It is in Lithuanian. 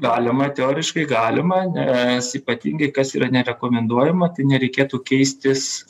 galima teoriškai galima nes ypatingai kas yra nerekomenduojama tai nereikėtų keistis